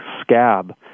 scab